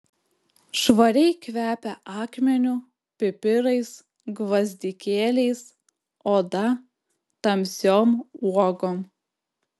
švariai kvepia akmeniu pipirais gvazdikėliais oda tamsiom uogom